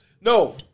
No